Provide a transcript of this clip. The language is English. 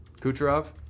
Kucherov